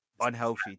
unhealthy